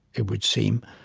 it would seem.